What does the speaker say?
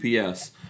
UPS